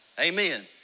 Amen